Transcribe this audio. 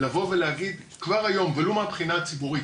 לבוא ולהגיד כבר היום, ולו מהבחינה הציבורית